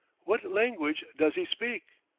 what language does he speak?